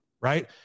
right